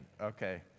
Okay